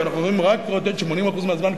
כי אנחנו אוכלים 80% מהזמן,